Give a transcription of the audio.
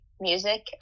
music